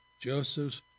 Joseph